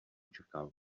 čekal